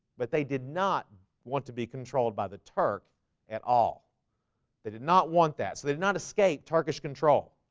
but they did not want to be controlled by the turk at all they did not want that so they did not escape turkish control